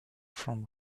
from